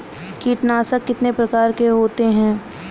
कीटनाशक कितने प्रकार के होते हैं?